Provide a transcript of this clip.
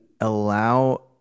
allow